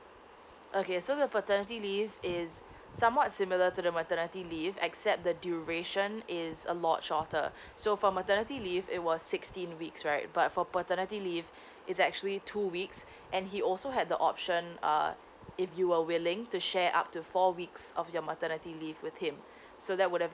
okay so the paternity leave is somewhat similar to the maternity leave except the duration is a lot shorter so for maternity leave it was sixteen weeks right but for paternity leave is actually two weeks and he also had the option err if you were willing to share up to four weeks of your maternity leave with him so that would have